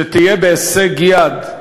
שדירה תהיה בהישג יד,